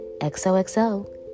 XOXO